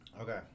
Okay